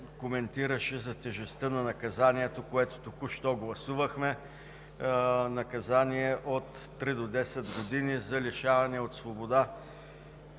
коментираше за тежестта на наказанието, което току-що гласувахме – „наказание от три до десет години“ за лишаване от свобода